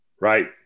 right